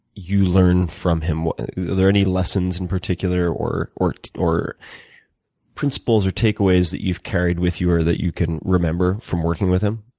you learn from him? are there any lessons in particular or or principles or takeaways that you've carried with you or that you can remember from working with him?